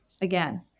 Again